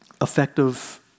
effective